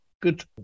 Good